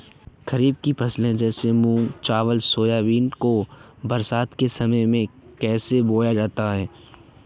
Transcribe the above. खरीफ फसले जैसे मूंग चावल सोयाबीन को बरसात के समय में क्यो बोया जाता है?